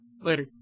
later